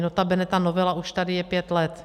Notabene ta novela už tady je pět let.